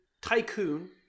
tycoon